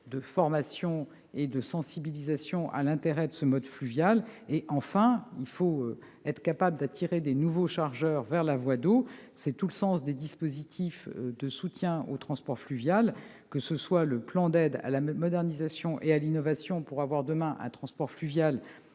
de formation et de sensibilisation à l'intérêt de ce mode de transport fluvial. Enfin, il faut être capable d'attirer de nouveaux chargeurs vers la voie d'eau. C'est tout le sens des dispositifs de soutien au transport fluvial, qu'il s'agisse du plan d'aides à la modernisation et à l'innovation, pour avoir, demain, un transport fluvial